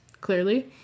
clearly